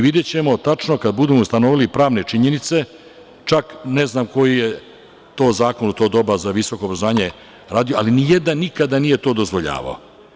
Videćemo tačno, kada budemo ustanovili pravne činjenice, čak ne znam, koji je zakon u to doba za visoko obrazovanje to radio, ali nijedan nije nikada to dozvoljavao.